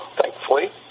thankfully